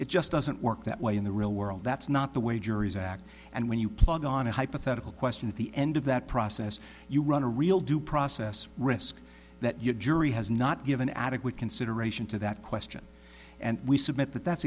it just doesn't work that way in the real world that's not the way juries act and when you plug on a hypothetical question at the end of that process you run a real due process risk that your jury has not given adequate consideration to that question and we submit that that's